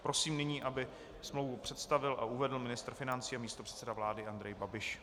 Prosím nyní, aby smlouvu představil a uvedl ministr financí a místopředseda vlády Andrej Babiš.